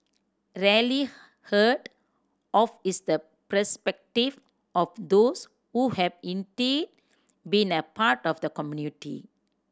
rarely heard of is the perspective of those who have indeed been a part of the community